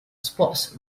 sports